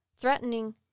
threatening